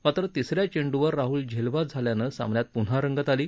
मात्र तिस या चेंड्रवर राहूल झेलबाद झाल्यानं सामन्यात पून्हा रंगत आली